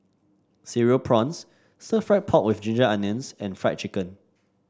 Cereal Prawns Stir Fried Pork with Ginger Onions and Fried Chicken